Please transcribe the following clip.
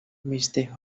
mister